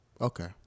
okay